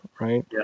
right